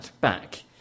back